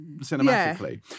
cinematically